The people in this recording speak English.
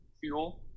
Fuel